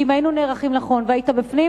כי אם היינו נערכים נכון והיית בפנים,